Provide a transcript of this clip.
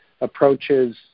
approaches